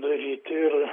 daryti ir